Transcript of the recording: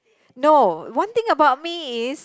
no one thing about me is